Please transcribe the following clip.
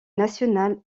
national